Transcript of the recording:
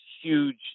huge